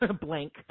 blank